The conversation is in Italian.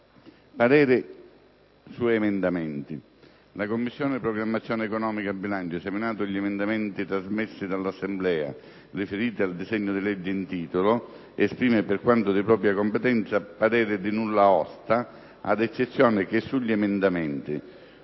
degli atenei». «La Commissione programmazione economica, bilancio, esaminati gli emendamenti trasmessi dall'Assemblea, riferiti al disegno di legge in titolo, esprime, per quanto di propria competenza, parere di nulla osta ad eccezione che sugli emendamenti